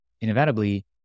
inevitably